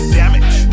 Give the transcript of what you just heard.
damage